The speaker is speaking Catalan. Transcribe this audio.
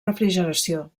refrigeració